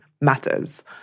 matters